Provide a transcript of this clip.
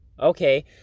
Okay